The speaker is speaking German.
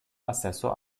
assessor